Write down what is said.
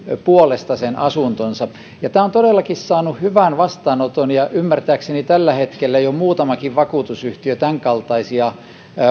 puolesta sen asuntonsa ja tämä on todellakin saanut hyvän vastaanoton ja ymmärtääkseni tällä hetkellä jo muutamakin vakuutusyhtiö tämänkaltaisia